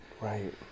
Right